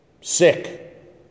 sick